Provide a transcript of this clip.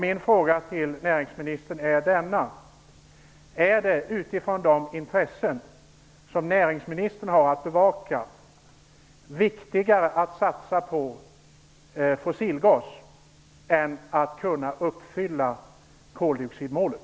Min fråga till näringsministern är: Är det utifrån de intressen som näringsministern har att bevaka viktigare att satsa på fossilgas än att kunna uppfylla koldioxidmålet?